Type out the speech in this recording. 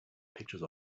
pictures